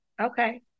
okay